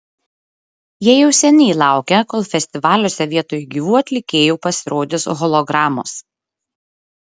jie jau seniai laukia kol festivaliuose vietoj gyvų atlikėjų pasirodys hologramos